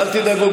אל תדאגו.